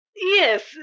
Yes